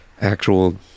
actual